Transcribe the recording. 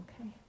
Okay